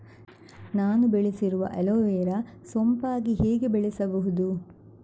ನಾನು ಬೆಳೆಸಿರುವ ಅಲೋವೆರಾ ಸೋಂಪಾಗಿ ಹೇಗೆ ಬೆಳೆಸಬಹುದು?